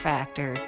Factor